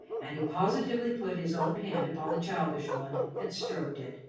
and he positively put his own hand upon the childish one and stroked it.